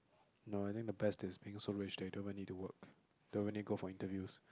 no I think the best is being so rich that you don't even need to work don't even need go for interviews